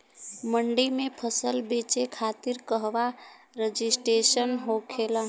मंडी में फसल बेचे खातिर कहवा रजिस्ट्रेशन होखेला?